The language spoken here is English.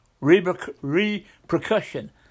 repercussion